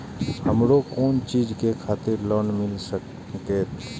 हमरो कोन चीज के खातिर लोन मिल संकेत?